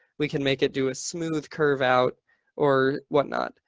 we can make it do a smooth curve out or whatnot.